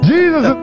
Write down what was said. Jesus